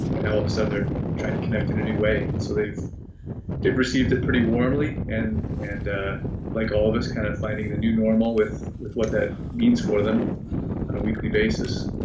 and all ah of a sudden they're trying to connect in a new way. and so they've they've received it pretty warmly and and like all of us kind of finding the new normal with with what that means for them on a weekly basis.